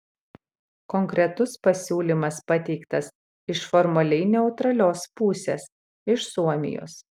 konkretus pasiūlymas pateiktas iš formaliai neutralios pusės iš suomijos